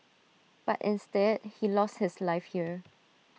but instead he lost his life here